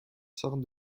sorte